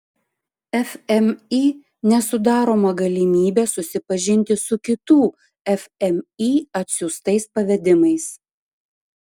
fmį nesudaroma galimybė susipažinti su kitų fmį atsiųstais pavedimais